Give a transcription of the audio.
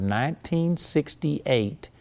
1968